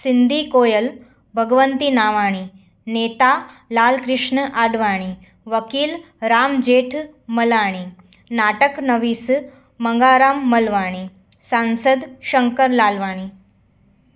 सिंधी कोयल भॻवंती नावाणी नेता लाल कृष्ण आडवाणी वकील राम ॼेठ मलाणी नाटक नवीस मंगाराम मलवाणी सांसद शंकर लालवाणी